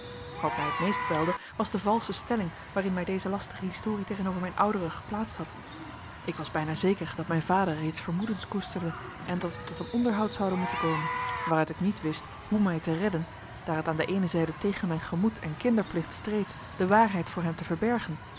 wat mij het meest kwelde was de valsche stelling waarin mij deze lastige historie tegenover mijn ouderen geplaatst had ik was bijna zeker dat mijn vader reeds vermoedens koesterde en dat het tot een onderhoud zoude moeten komen waaruit ik niet wist hoe mij te redden daar het aan de eene zijde tegen mijn gemoed en kinderplicht streed de waarheid voor hem te verbergen